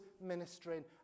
ministering